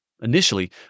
Initially